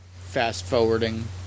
fast-forwarding